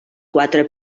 quatre